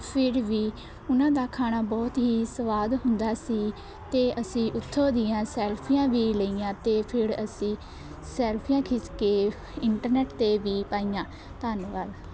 ਫਿਰ ਵੀ ਉਹਨਾਂ ਦਾ ਖਾਣਾ ਬਹੁਤ ਹੀ ਸਵਾਦ ਹੁੰਦਾ ਸੀ ਅਤੇ ਅਸੀਂ ਉੱਥੋਂ ਦੀਆਂ ਸੈਲਫੀਆਂ ਵੀ ਲਈਆਂ ਅਤੇ ਫਿਰ ਅਸੀਂ ਸੈਲਫੀਆਂ ਖਿੱਚ ਕੇ ਇੰਟਰਨੈੱਟ 'ਤੇ ਵੀ ਪਾਈਆਂ ਧੰਨਵਾਦ